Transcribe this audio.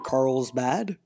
Carlsbad